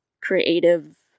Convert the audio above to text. creative